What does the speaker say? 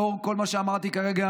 לאור כל מה שאמרתי כרגע,